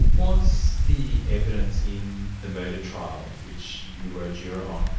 was the evidence in the murder trial, which you were a juror on,